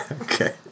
Okay